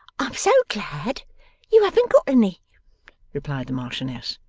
i'm so glad you haven't got any replied the marchioness.